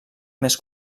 més